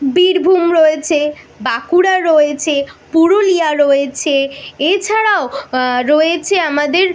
বীরভূম রয়েছে বাঁকুড়া রয়েছে পুরুলিয়া রয়েছে এছাড়াও রয়েছে আমাদের